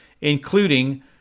including